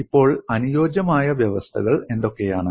ഇപ്പോൾ അനുയോജ്യമായ വ്യവസ്ഥകൾ എന്തൊക്കെയാണ്